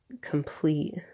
complete